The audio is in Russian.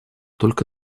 только